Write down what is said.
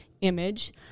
image